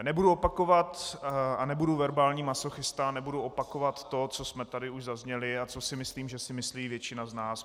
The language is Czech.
Nebudu opakovat a nebudu verbální masochista, nebudu opakovat to, co jsme tady už zazněli a co si myslím, že si myslí většina z nás.